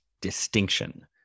distinction